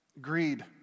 Greed